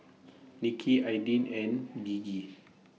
Nicky Aydin and Gigi